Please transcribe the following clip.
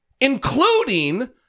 Including